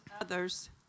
others